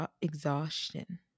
exhaustion